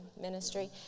ministry